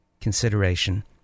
consideration